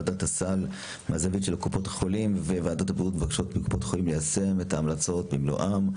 ועדת הסל וועדת הבריאות מבקשות מקופות החולים ליישם את ההמלצות במלואן,